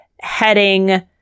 heading